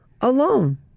alone